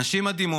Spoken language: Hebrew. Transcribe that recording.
נשים מדהימות,